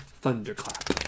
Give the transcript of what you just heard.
thunderclap